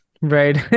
Right